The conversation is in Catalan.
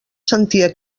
sentia